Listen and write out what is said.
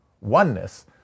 oneness